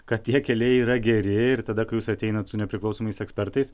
kad tie keliai yra geri ir tada kai jūs ateinat su nepriklausomais ekspertais